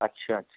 अच्छा अच्छा